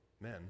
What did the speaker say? men